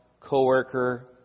co-worker